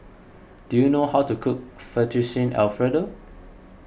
do you know how to cook Fettuccine Alfredo